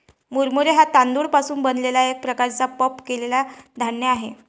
मुरमुरे हा तांदूळ पासून बनलेला एक प्रकारचा पफ केलेला धान्य आहे